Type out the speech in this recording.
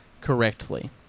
correctly